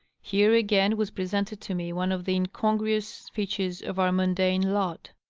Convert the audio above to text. here again was presented to me one of the incongruous features of our mundane lot.